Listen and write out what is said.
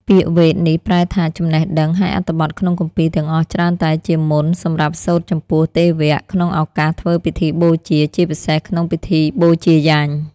ពាក្យវេទនេះប្រែថា ចំណេះដឹង ហើយអត្ថបទក្នុងគម្ពីរទាំងអស់ច្រើនតែជាមន្ត សម្រាប់សូត្រចំពោះទេវៈ ក្នុងឱកាសធ្វើពិធីបូជា ជាពិសេសក្នុងពិធីបូជាយញ្ញ។